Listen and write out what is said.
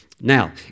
Now